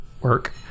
work